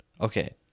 okay